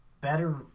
better